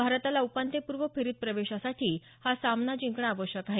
भारताला उपान्त्यपूर्व फेरीत प्रवेशासाठी हा सामना जिंकणं आवश्यक आहे